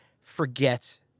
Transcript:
forget